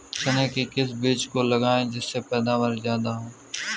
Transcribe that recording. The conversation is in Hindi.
चने के किस बीज को लगाएँ जिससे पैदावार ज्यादा हो?